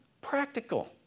practical